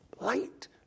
Light